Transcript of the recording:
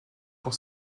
pour